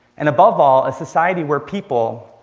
and above all, a society where people,